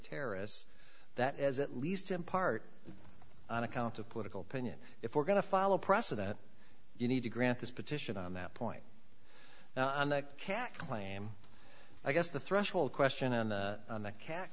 terrorists that as at least in part on account of political opinion if we're going to follow precedent you need to grant this petition on that point and that cat claim i guess the threshold question on the cat